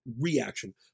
reaction